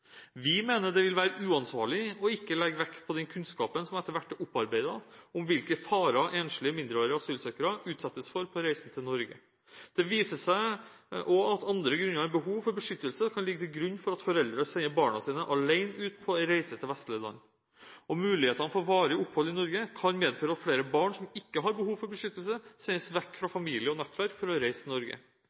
Vi mener det vil være uansvarlig ikke å legge vekt på den kunnskapen som etter hvert er opparbeidet om hvilke farer enslige mindreårige asylsøkere utsettes for på reisen til Norge. Det viser seg også at andre grunner enn behov for beskyttelse kan ligge til grunn for at foreldre sender barna sine alene ut på en reise til vestlige land. Muligheten for varig opphold i Norge kan medføre at flere barn som ikke har behov for beskyttelse, sendes vekk fra familie og nettverk for å reise til Norge. I